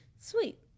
Sweet